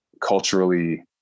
culturally